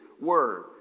Word